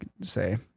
say